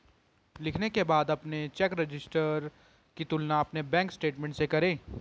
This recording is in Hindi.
लिखने के बाद अपने चेक रजिस्टर की तुलना अपने बैंक स्टेटमेंट से करें